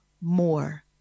more